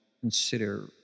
consider